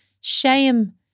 shame